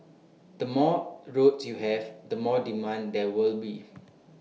the more roads you have the more demand there will be